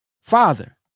Father